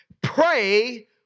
pray